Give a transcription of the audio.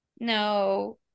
No